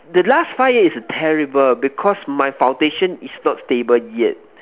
the last five year is a terrible because my foundation is not stable yet